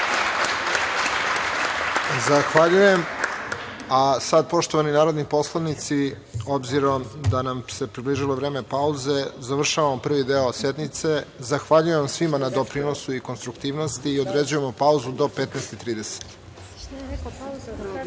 Zahvaljujem. Poštovani narodni poslanici, obzirom da nam se približilo vreme pauze, završavamo prvi deo sednice. Zahvaljujem vam svima na doprinosu i konstruktivnosti i određujemo pauzu do 15.30